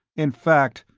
in fact,